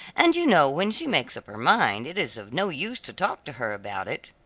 and you know when she makes up her mind it is of no use to talk to her about it.